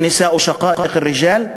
"אל-נסאא שקאאק א-רגאל.